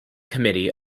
committee